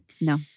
No